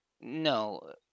no